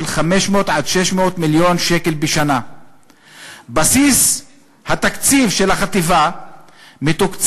500 600 מיליון ש"ח בשנה בסיס תקציבה של החטיבה מתוקצב